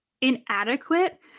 inadequate